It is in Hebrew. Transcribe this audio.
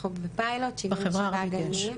אנחנו בפיילוט, 77 גנים.